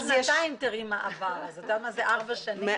תראי מה עבר בשנתיים, אז ארבע שנים?